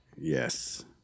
yes